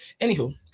Anywho